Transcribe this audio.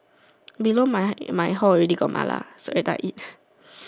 below my my hall already got mala later I eat